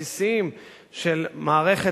הבסיסיים של מערכת